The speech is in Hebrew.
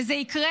וזה יקרה,